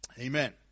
Amen